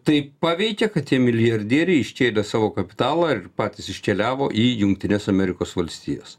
taip paveikė kad tie milijardieriai iškėlė savo kapitalą ir patys iškeliavo į jungtines amerikos valstijas